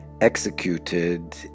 executed